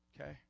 okay